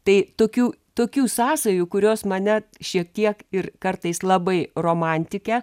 tai tokių tokių sąsajų kurios mane šiek tiek ir kartais labai romantikę